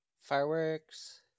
Fireworks